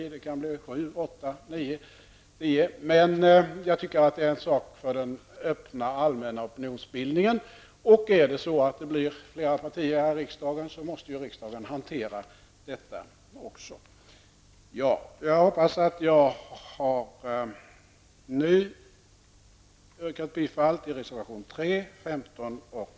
Det kanske kan bli sju, åtta, nio eller tio partier. Det är dock en sak för den öppna allmänna opinionsbildningen. Om det blir flera partier i riksdagen måste riksdagen hantera även detta. Härigenom har jag yrkat bifall till reservationerna nummer 3, 15 och 20.